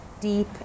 deep